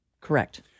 Correct